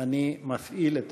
אני מפעיל את